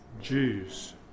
Jews